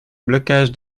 blocage